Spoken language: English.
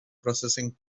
processing